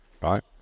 right